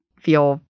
feel